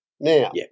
Now